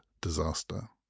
disaster